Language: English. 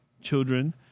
children